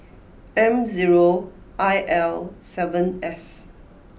M zero I L seven S